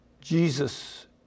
Jesus